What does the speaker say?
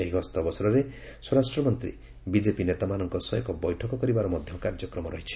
ଏହି ଗସ୍ତ ଅବସରରେ ସ୍ୱରାଷ୍ଟ୍ର ମନ୍ତ୍ରୀ ବିକେପି ନେତାମାନଙ୍କ ସହ ଏକ ବୈଠକ କରିବାର କାର୍ଯ୍ୟକ୍ରମ ମଧ୍ୟ ରହିଛି